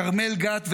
כרמל גת,